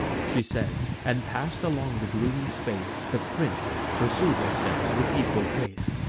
she said, and pass'd along the gloomy space the prince pursued her steps with equal pace.